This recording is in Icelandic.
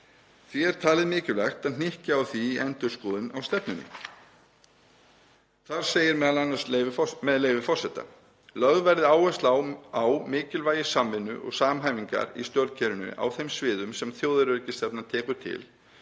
Því er talið mikilvægt að hnykkja á því í endurskoðun á stefnunni. Þar segir m.a., með leyfi forseta: „Lögð verði áhersla á mikilvægi samvinnu og samhæfingar í stjórnkerfinu á þeim sviðum sem þjóðaröryggisstefnan tekur til